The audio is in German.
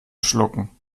schlucken